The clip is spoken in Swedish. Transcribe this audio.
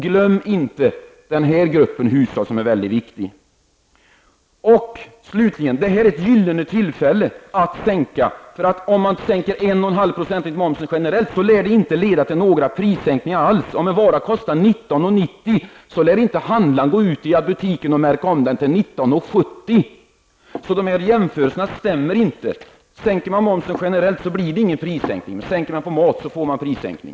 Glöm inte den gruppen hushåll, som är väldigt viktig! Slutligen: Det här är ett gyllene tillfälle att sänka momsen på maten. Om man sänker momsen med 1,5 % generellt lär det inte leda till några prissänkningar alls. Om en vara kostar 19:90 lär inte handlaren gå ut i butiken och märka om den till 19:70. Därför stämmer inte jämförelserna. Sänker man momsen generellt blir det ingen prissänkning. Sänker man momsen på mat får man en prissänkning.